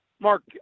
Mark